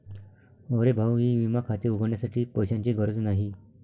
अरे भाऊ ई विमा खाते उघडण्यासाठी पैशांची गरज नाही